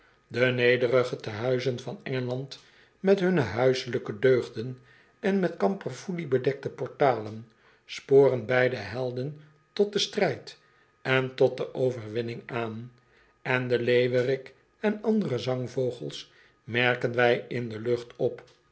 de nederige tehuizen van engeland met hunne huiselijke deugden en met kamperfoelie bedekte portalen sporen beide helden tot den strijd en totde overwinning aan en den leeuwerik en andere zangvogels merken wij in de lucht op